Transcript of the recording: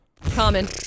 common